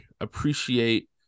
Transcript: appreciate